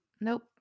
nope